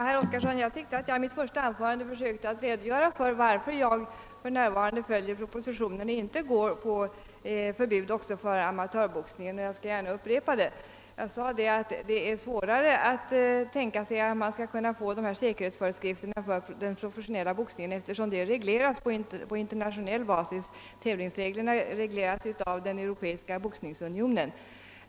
Herr talman! Jag försökte verkligen i mitt första anförande redogöra för varför jag för närvarande följer propositionen och inte går på ett förbud också för amatörboxningen. Jag skall emellertid gärna upprepa det. Jag sade, att det är svårare att få dessa säkerhetsföreskrifter att gälla även för den professionella boxningen, eftersom tävlingsreglerna för denna fastställts av den europeiska boxningsunionen.